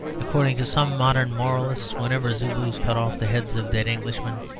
according to some modern moralists whenever zulus cut off the heads of dead englishmen,